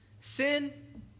Sin